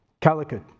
Calicut